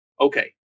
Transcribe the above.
Okay